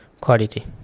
quality